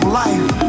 life